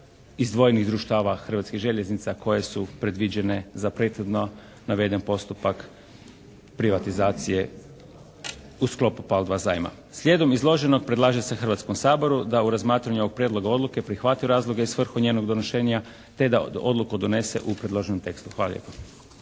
izdvojenih društava Hrvatskih željeznica koje su predviđene za prethodno naveden postupak privatizacije u sklopu PAL2 zajma. Slijedom izloženog predlaže se Hrvatskom saboru da u razmatranju ovog Prijedloga odluke prihvati razloge i svrhu njenog donošenja te da odluku donese u predloženom tekstu. Hvala lijepo.